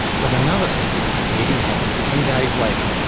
but another significant meeting happened ten days later,